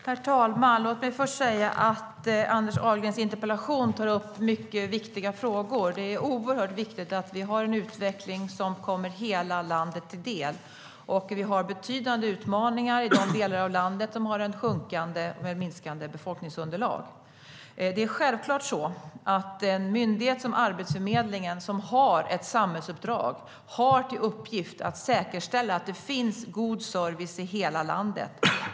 Herr talman! Låt mig först säga att Anders Ahlgrens interpellation tar upp mycket viktiga frågor. Det är oerhört viktigt att vi har en utveckling som kommer hela landet till del. Vi har betydande utmaningar i de delar av landet som har ett minskande befolkningsunderlag. En myndighet som Arbetsförmedlingen, som har ett samhällsuppdrag, har självklart till uppgift att säkerställa att det finns god service i hela landet.